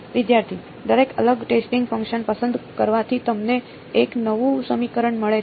વિદ્યાર્થી દરેક અલગ ટેસ્ટિંગ ફંકશન પસંદ કરવાથી તમને એક નવું સમીકરણ મળે છે